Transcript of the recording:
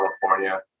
California